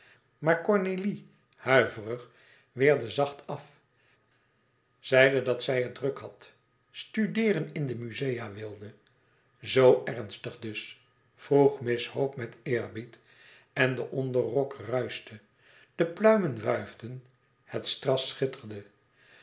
maar cornélie huiverig weerde zacht af zeide dat zij het druk had studeeren in de musea wilde z ernstig dus vroeg miss hope met eerbied en de onderrok ruischte de pluimen wuifden het strass schitterde